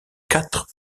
quatre